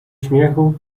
śmiechu